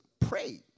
pray